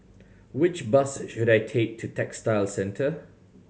which bus should I take to Textile Centre